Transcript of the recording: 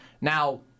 Now